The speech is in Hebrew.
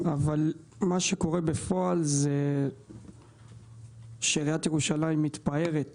אבל מה שקורה בפועל זה שעיריית ירושלים מתפארת